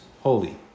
holy